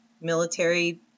military